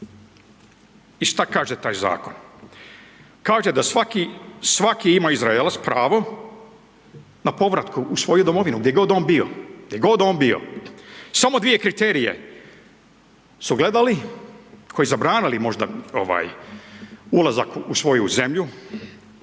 I šta kaže taj Zakon? Kaže da svaki, svaki ima Izraelac pravo na povratku u svoju domovinu, gdje god on bio. Samo dvije kriterije su gledali koji su zabranili možda ulazak u svoju zemlju.